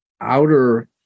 outer